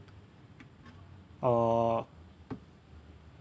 uh